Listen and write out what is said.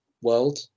world